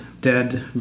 dead